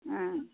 ம்